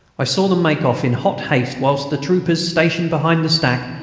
i saw them make off in hot haste whilst the troopers, stationed behind the stack,